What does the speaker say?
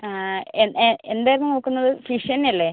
എന്തായിരുന്നു നോക്കുന്നത് ഫിഷ് തന്നെ അല്ലെ